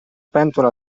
pentola